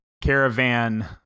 caravan